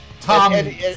Tommy